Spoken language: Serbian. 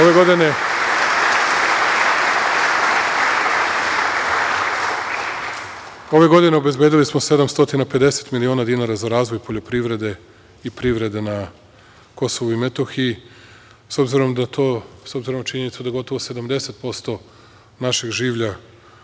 godine, obezbedili smo 750 miliona dinara za razvoj poljoprivrede i privrede na Kosovu i Metohiji, s obzirom na činjenicu da gotovo 70% našeg življa